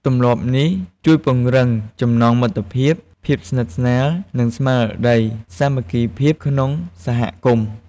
ទម្លាប់នេះជួយពង្រឹងចំណងមិត្តភាព ភាពស្និទ្ធស្នាល និងស្មារតីសាមគ្គីភាពក្នុងសហគមន៍។